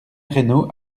reynaud